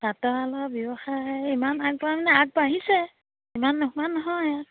ব্যৱসায় ইমান আগবঢ়া মানে আগবাঢ়িছে ইমান নোহোৱা নহয়